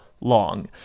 long